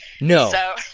No